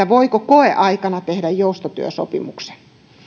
voiko koeaikana tehdä joustotyösopimuksen